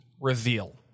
reveal